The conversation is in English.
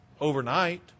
Overnight